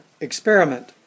experiment